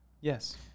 Yes